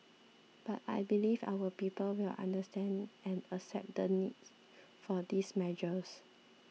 but I believe our people will understand and accept the need for these measures